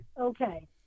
Okay